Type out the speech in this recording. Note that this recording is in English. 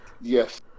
yes